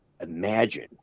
Imagine